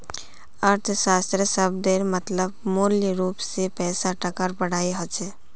अर्थशाश्त्र शब्देर मतलब मूलरूप से पैसा टकार पढ़ाई होचे